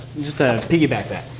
just to piggyback that,